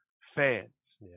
fans